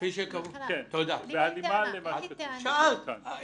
בהלימה למה שכתוב כאן.